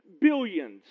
billions